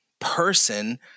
person